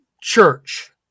church